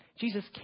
Jesus